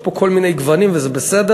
יש פה כל מיני גוונים, וזה בסדר.